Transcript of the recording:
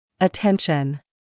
Attention